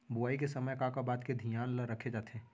बुआई के समय का का बात के धियान ल रखे जाथे?